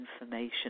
information